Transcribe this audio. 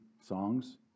songs